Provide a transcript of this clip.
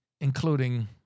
including